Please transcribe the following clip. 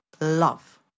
love